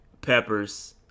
Peppers